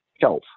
health